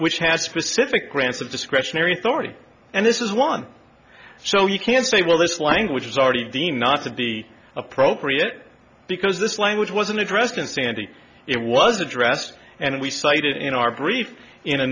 which has specific grants of discretionary authority and this is one so you can say well this language is already deemed not to be appropriate because this language wasn't addressed in sandy it was addressed and we cited in our brief in a